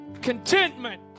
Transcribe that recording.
Contentment